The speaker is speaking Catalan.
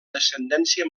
descendència